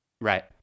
right